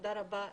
תודה רבה לכם.